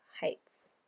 heights